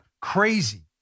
crazy